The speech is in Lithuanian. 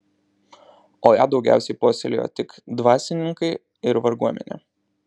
o ją daugiausiai puoselėjo tik dvasininkai ir varguomenė